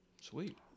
Sweet